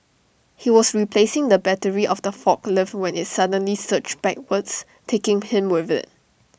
he was replacing the battery of the forklift when IT suddenly search backwards taking him with IT